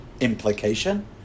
implication